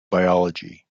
biology